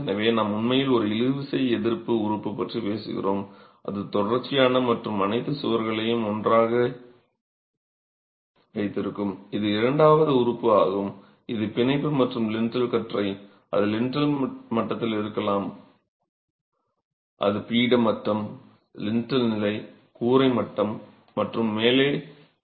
எனவே நாம் உண்மையில் ஒரு இழுவிசை எதிர்ப்பு உறுப்பு பற்றி பேசுகிறோம் அது தொடர்ச்சியான மற்றும் அனைத்து சுவர்களையும் ஒன்றாக வைத்திருக்கும் இது இரண்டாவது உறுப்பு ஆகும் இது பிணைப்பு மற்றும் லிண்டல் கற்றை அது லிண்டல் மட்டத்தில் இருக்கலாம் அது பீட மட்டம் லிண்டல் நிலை கூரை மட்டம் மற்றும் மேலே